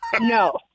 no